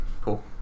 cool